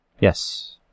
Yes